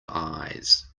eyes